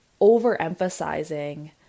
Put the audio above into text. overemphasizing